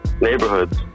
neighborhoods